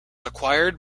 acquired